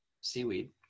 seaweed